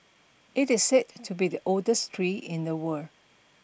it is said to be the oldest tree in the world